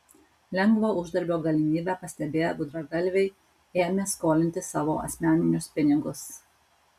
lengvo uždarbio galimybę pastebėję gudragalviai ėmė skolinti savo asmeninius pinigus